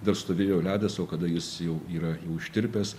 dar stovėjo ledas o kada jis jau yra jau ištirpęs